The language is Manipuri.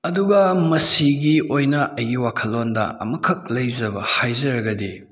ꯑꯗꯨꯒ ꯃꯁꯤꯒꯤ ꯑꯣꯏꯅ ꯑꯩꯒꯤ ꯋꯥꯈꯜꯂꯣꯟꯗ ꯑꯃꯈꯛ ꯂꯩꯖꯕ ꯍꯥꯏꯖꯔꯒꯗꯤ